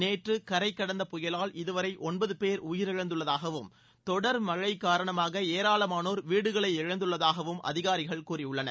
நேற்று கரை கடந்த புயலால் இதுவரை ஒன்பது பேர் உயிரிழந்துள்ளதாகவும் தொடர் மழை காரணமாக ஏராளமானோர் வீடுகளை இழந்துள்ளதாகவும் அதிகாரிகள் கூறியுள்ளனர்